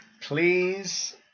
please